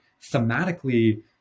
thematically